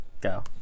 Go